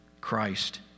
Christ